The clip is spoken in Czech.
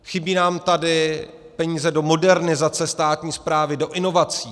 Chybí nám tady peníze do modernizace státní správy, do inovací.